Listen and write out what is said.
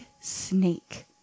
snake